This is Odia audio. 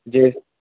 ଯେ